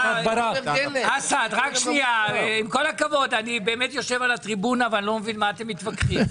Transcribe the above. אסעד, עם כל הכבוד, אני לא מבין על מה הוויכוח.